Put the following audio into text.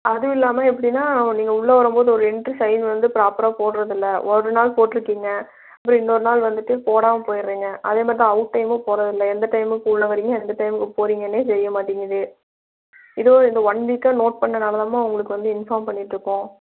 அதுவும் இல்லாமல் எப்படின்னா நீங்கள் உள்ளே வரும்போது ஒரு என்டர் சைன் வந்து ப்ராப்பராக போடுறதில்ல ஒரு நாள் போட்டுருக்கிங்க அப்றம் இன்னொரு நாள் வந்துவிட்டு போடாமல் போய்டுறீங்க அதுமாதிரி அவுட் டைமு போடுறதில்ல எந்த டைமுக்கு உள்ளே வர்றீங்க எந்த டைமுக்கு போகிறிங்கன்னே தெரியமாட்டேங்குது இதோ இந்த ஒன் வீக்காக நோட் பண்ணதால் தான்ம்மா உங்களுக்கு வந்து இன்ஃபார்ம் பண்ணிட்டுருக்கோம்